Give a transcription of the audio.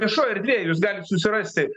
viešoj erdvėj jūs galit susirasti